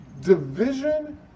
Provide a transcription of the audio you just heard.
Division